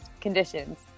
conditions